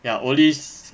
ya all these